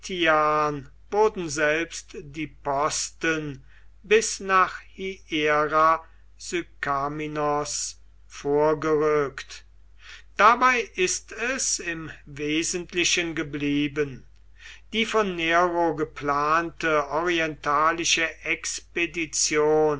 wurden selbst die posten bis nach hiera sykaminos vorgerückt dabei ist es im wesentlichen geblieben die von nero geplante orientalische expedition